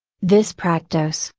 this practice,